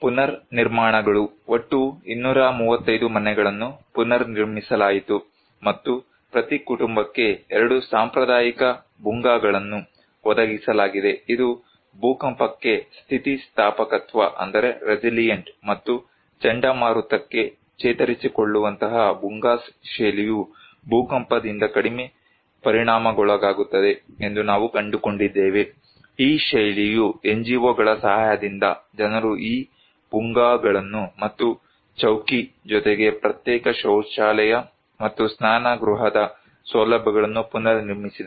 ಪುನರ್ನಿರ್ಮಾಣಗಳು ಒಟ್ಟು 235 ಮನೆಗಳನ್ನು ಪುನರ್ನಿರ್ಮಿಸಲಾಯಿತು ಮತ್ತು ಪ್ರತಿ ಕುಟುಂಬಕ್ಕೆ 2 ಸಾಂಪ್ರದಾಯಿಕ ಭುಂಗಾಗಳನ್ನು ಒದಗಿಸಲಾಗಿದೆ ಇದು ಭೂಕಂಪಕ್ಕೆ ಸ್ಥಿತಿಸ್ಥಾಪಕತ್ವ ಮತ್ತು ಚಂಡಮಾರುತಕ್ಕೆ ಚೇತರಿಸಿಕೊಳ್ಳುವಂತಹ ಭೂಂಗಾಸ್ ಶೈಲಿಯು ಭೂಕಂಪದಿಂದ ಕಡಿಮೆ ಪರಿಣಾಮಕ್ಕೊಳಗಾಗುತ್ತದೆ ಎಂದು ನಾವು ಕಂಡುಕೊಂಡಿದ್ದೇವೆ ಈ ಶೈಲಿಯು NGO ಗಳ ಸಹಾಯದಿಂದ ಜನರು ಈ ಭುಂಗಾಗಳನ್ನು ಮತ್ತು ಚೌಕಿ ಜೊತೆಗೆ ಪ್ರತ್ಯೇಕ ಶೌಚಾಲಯ ಮತ್ತು ಸ್ನಾನಗೃಹದ ಸೌಲಭ್ಯಗಳನ್ನು ಪುನರ್ನಿರ್ಮಿಸಿದರು